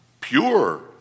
pure